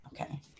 Okay